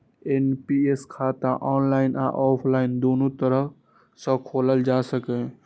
NPS खाता online आ offline, दुनू तरह सं खोलाएल जा सकैए